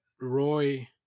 Roy